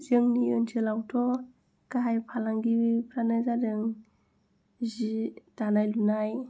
जोंनि ओनसोलावथ' गाहाइ फालांगिफ्रानो जादों जि दानाय लुनाय